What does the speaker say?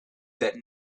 that